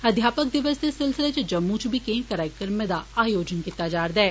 अध्यापक दिवस दे सिलसिल च जम्मू च बी केई कार्यक्रमें दा आयोजन कीता जा'रदा ऐ